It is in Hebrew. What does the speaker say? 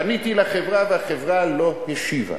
פניתי לחברה, והחברה לא השיבה.